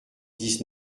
dix